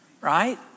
right